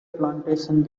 plantations